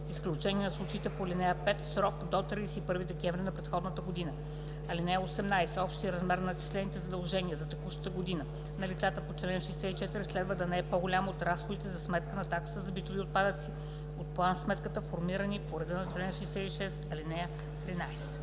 изключение на случаите по ал. 5, в срок до 31 декември на предходната година. (18) Общият размер на начислените задължения за текущата година на лицата по чл. 64 следва да е не по-голям от разходите за сметка на таксата за битови отпадъци от план-сметката, формирани по реда на чл. 66, ал. 13.“